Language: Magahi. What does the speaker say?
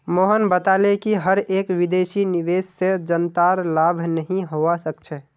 मोहन बताले कि हर एक विदेशी निवेश से जनतार लाभ नहीं होवा सक्छे